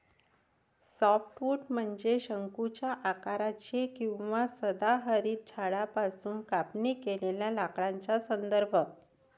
softwood म्हणजे शंकूच्या आकाराचे किंवा सदाहरित झाडांपासून कापणी केलेल्या लाकडाचा संदर्भ